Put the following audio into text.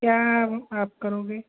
क्या आप करोगे